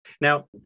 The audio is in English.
Now